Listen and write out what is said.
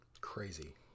Crazy